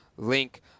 link